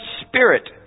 spirit